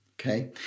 Okay